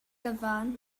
gyfan